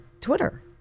Twitter